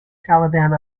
taliban